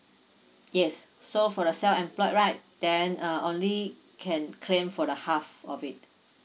yes so for the self employed right then uh only can claim for the half of it